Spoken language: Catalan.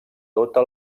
tota